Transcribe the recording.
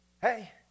hey